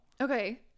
Okay